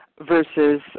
versus